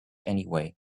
anyway